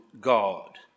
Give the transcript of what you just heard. God